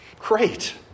great